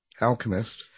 alchemist